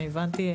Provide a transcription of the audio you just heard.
אני הבנתי.